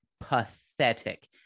pathetic